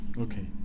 Okay